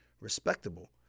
Respectable